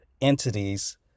entities